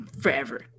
forever